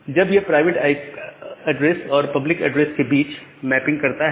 तब यह private address और पब्लिक एड्रेस के बीच में मैपिंग करता है